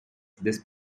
this